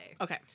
Okay